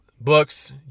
books